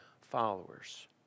followers